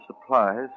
supplies